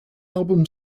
album